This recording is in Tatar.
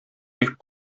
бик